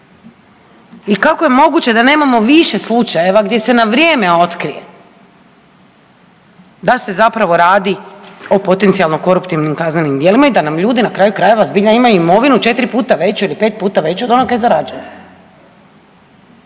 I kako je moguće da nemamo više slučajeva gdje se na vrijeme otkrije da se zapravo radi o potencijalno-koruptivnim kaznenim dijelima i da nam ljudi na kraju krajeva zbilja imaju imovinu 4 puta veću ili 5 puta veću od onog što zarađuju.